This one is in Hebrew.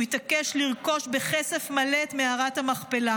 הוא התעקש לרכוש בכסף מלא את מערת המכפלה,